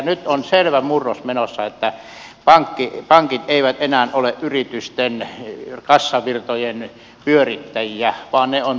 nyt on selvä murros menossa että pankit eivät enää ole yritysten kassavirtojen pyörittäjiä vaan ne tulevat muualta